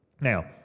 Now